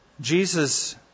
Jesus